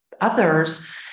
others